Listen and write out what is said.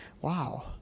wow